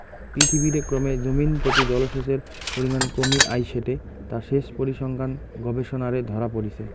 পৃথিবীরে ক্রমে জমিনপ্রতি জলসেচের পরিমান কমি আইসেঠে তা সেচ পরিসংখ্যান গবেষণারে ধরা পড়িচে